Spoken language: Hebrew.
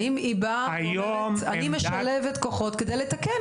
האם היא באה ואומרת "אני משלבת כוחות על מנת לתקן",